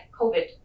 COVID